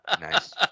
nice